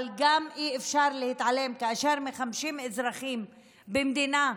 אבל גם אי-אפשר להתעלם כאשר מחמשים אזרחים במדינה,